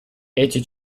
эти